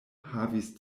havis